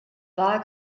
bahr